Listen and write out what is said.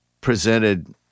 presented